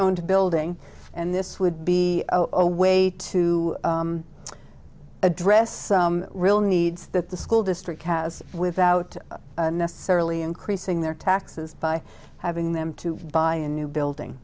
owned building and this would be a way to address some real needs that the school district has without necessarily increasing their taxes by having them to buy a new building